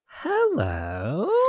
hello